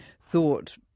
thought